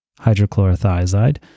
hydrochlorothiazide